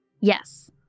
Yes